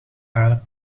aarde